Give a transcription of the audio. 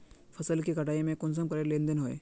फसल के कटाई में कुंसम करे लेन देन होए?